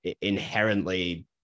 inherently